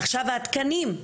עכשיו התקנים,